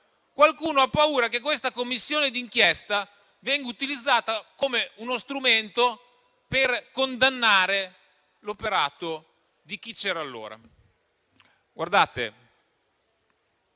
Qualcuno ha paura che questa Commissione d'inchiesta venga utilizzata come uno strumento per condannare l'operato di chi c'era allora. Guardate,